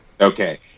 Okay